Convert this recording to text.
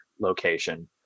location